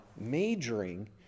majoring